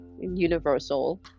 universal